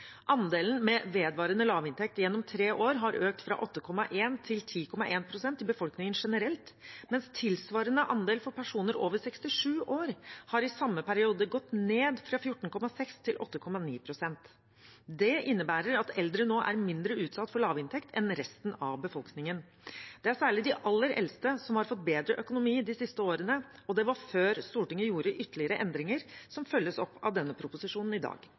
Andelen med vedvarende lavinntekt gjennom tre år har økt fra 8,1 pst. til 10,1 pst. i befolkningen generelt, mens tilsvarende andel for personer over 67 år i samme periode har gått ned fra 14,6 pst. til 8,9 pst. Det innebærer at eldre nå er mindre utsatt for lavinntekt enn resten av befolkningen. Det er særlig de aller eldste som har fått bedre økonomi de siste årene, og det var før Stortinget gjorde ytterligere endringer, som følges opp av denne proposisjonen i dag.